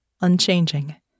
unchanging